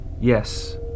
Yes